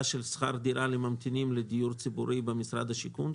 של שכר הדירה לממתינים לדיור ציבורי במשרד השיכון,